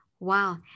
Wow